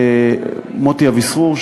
מוטי אביסרור,